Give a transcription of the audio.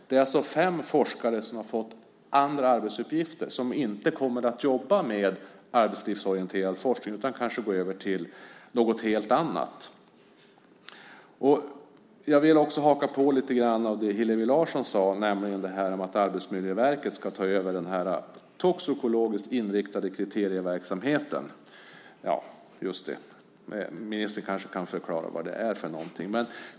Det är alltså 5 forskare som har fått andra arbetsuppgifter och som inte kommer att jobba med arbetslivsorienterad forskning. De kanske går över till något helt annat. Jag vill haka på lite grann av det Hillevi Larsson sade, nämligen att Arbetsmiljöverket ska ta över den toxikologiskt inriktade kriterieverksamheten. Ministern kanske kan förklara vad det är för något!